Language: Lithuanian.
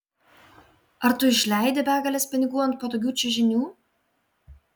ar tu išleidi begales pinigų ant patogių čiužinių